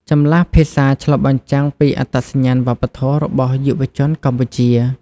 ចម្លាស់ភាសាឆ្លុះបញ្ចាំងពីអត្តសញ្ញាណវប្បធម៌របស់យុវជនកម្ពុជា។